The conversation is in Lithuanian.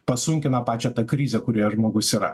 pasunkina pačią tą krizę kurioje žmogus yra